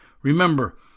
Remember